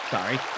Sorry